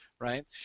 right